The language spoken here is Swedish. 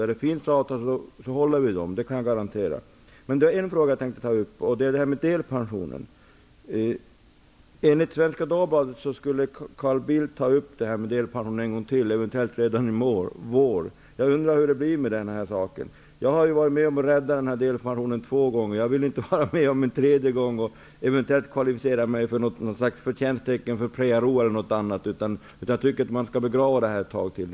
Där det finns avtal så håller vi dem, det kan jag garantera. Men jag tänkte ta upp en annan fråga, delpensionen. Enligt Svenska Dagbladet skulle Carl Bildt ta upp delpensionen en gång till, eventuellt redan i vår. Jag undrar hur det blir med den saken. Jag har varit med om att rädda delpensionen två gånger. Jag vill inte vara med om en tredje gång och eventuellt kvalificera mig för något slags förtjänsttecken för PRO eller något annat. Jag tycker man skall begrava detta ett tag till.